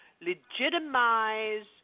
legitimize